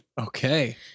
Okay